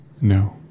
No